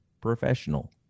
professional